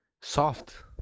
Soft